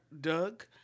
Doug